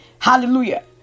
Hallelujah